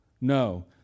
No